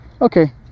Okay